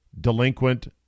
delinquent